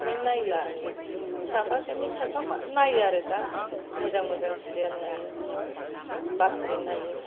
ओंखायनो नायला साफा सानै खायफा नायो आरो दा मोजां मोजां सिरियेल नायो बाथरि नायो